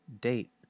date